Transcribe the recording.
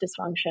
dysfunction